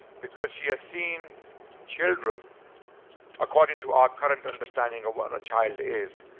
because she has seen children according to our current understanding of what a child is.